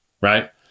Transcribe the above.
right